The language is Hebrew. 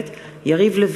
ירדנה